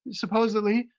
supposedly,